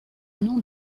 nom